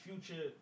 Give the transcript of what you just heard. Future